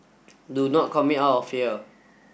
do not commit out of fear